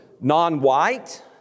non-white